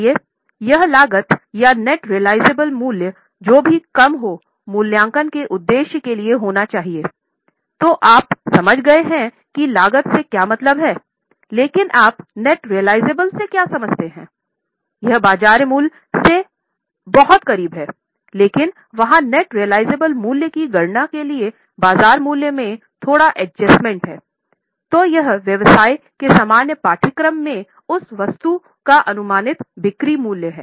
इसलिए यह लागत या नेट रेअलीज़ाब्ली हैतो यह व्यवसाय के सामान्य पाठ्यक्रम में उस वस्तु का अनुमानित बिक्री मूल्य